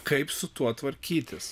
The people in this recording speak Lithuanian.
kaip su tuo tvarkytis